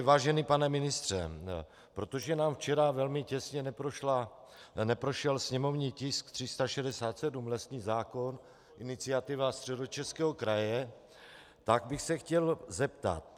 Vážený pane ministře, protože nám včera velmi těsně neprošel sněmovní tisk 367, lesní zákon, iniciativa Středočeského kraje, chtěl bych se zeptat.